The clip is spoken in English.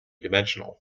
dimensional